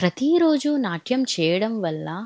ప్రతీరోజు నాట్యం చేయడం వల్ల